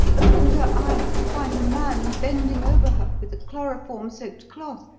opened her eyes to find a man bending over her with a chloroform-soaked cloth,